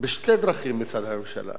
בשתי דרכים מצד הממשלה.